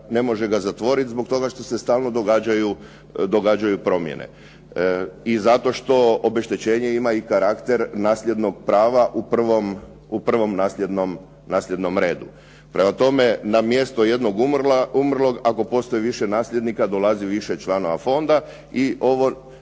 ne može ga zatvoriti zbog toga što se stalno događaju promjene. I zato što obeštećenje ima i karakter nasljednog prava u prvom nasljednom redu. Prema tome, na mjestu jednog umrlog ako postoji više nasljednika dolazi više članova fonda i